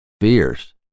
fierce